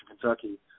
Kentucky